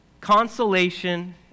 consolation